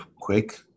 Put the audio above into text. quick